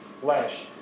flesh